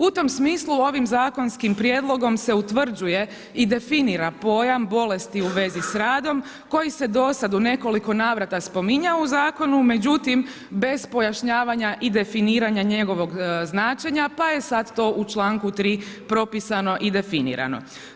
U tom smislu ovim zakonskim prijedlogom se utvrđuje i definira pojam bolesti u vezi s radom koji se dosad u nekoliko navrata spominjao u zakonu međutim bez pojašnjavanja i definiranja njegovog značenja pa je sad to u članku 3. propisano i definirano.